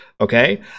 okay